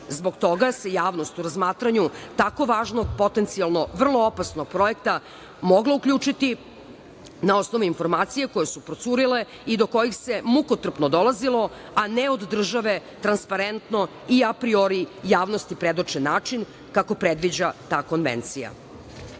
Zbog toga se javnost u razmatranju tako važnog, potencijalno vrlo opasnog projekta moglo uključiti na osnovu informacija koje su procurile i do kojih se mukotrpno dolazilo, a ne od države transparentno i apriori javnosti predočen način, kako predviđa ta konvencija. Da